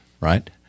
right